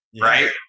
right